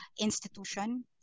Institution